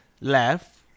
left